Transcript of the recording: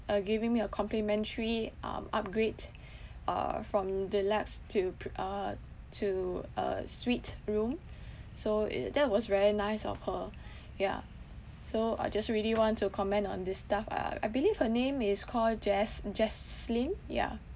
uh giving me a complimentary um upgrade uh from deluxe to pr~ uh to a suite room so i~ that was very nice of her yeah so I just really want to comment on this staff uh I believe her name is called jas~ jaslyn yeah